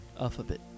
Alphabet